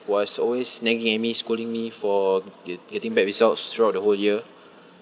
was always nagging at me scolding me for get~ getting bad results throughout the whole year